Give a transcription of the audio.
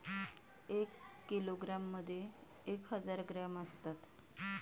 एक किलोग्रॅममध्ये एक हजार ग्रॅम असतात